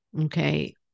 okay